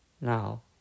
now